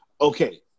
Okay